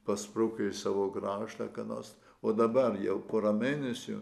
pasprukti į savo kraštą ką nors o dabar jau pora mėnesių